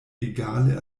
egale